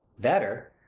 better!